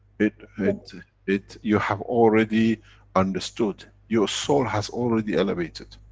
it, and it, it, you have already understood, your soul has already elevated.